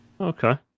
Okay